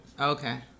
Okay